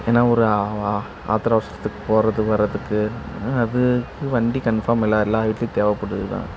ஏன்னால் ஒரு ஆத்திர அவசரத்துக்கு போகிறதுக்கு வர்றதுக்கு அது வண்டி கன்ஃபார்ம் எல்லா எல்லா வீட்லேயும் தேவைப்படுது தான்